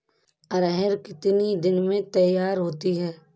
अरहर कितनी दिन में तैयार होती है?